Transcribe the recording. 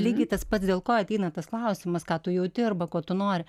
lygiai tas pats dėl ko ateina tas klausimas ką tu jauti arba ko tu nori